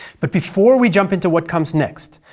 but before we jump into what comes next,